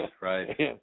Right